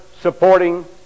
supporting